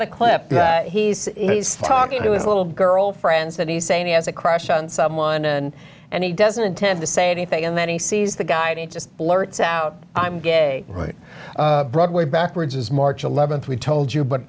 the clip he's he's talking to his little girlfriends that he's saying he has a crush on someone and and he doesn't intend to say anything and then he sees the gaiety and just blurts out i'm gay broadway backwards is march eleventh we told you but